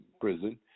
prison